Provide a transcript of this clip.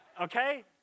Okay